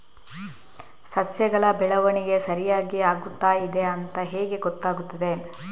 ಸಸ್ಯಗಳ ಬೆಳವಣಿಗೆ ಸರಿಯಾಗಿ ಆಗುತ್ತಾ ಇದೆ ಅಂತ ಹೇಗೆ ಗೊತ್ತಾಗುತ್ತದೆ?